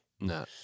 No